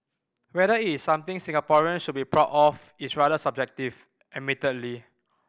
whether is something Singaporeans should be proud of is rather subjective admittedly